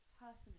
Personally